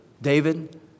David